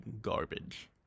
garbage